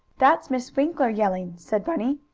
that's miss winkler yelling! said bunny.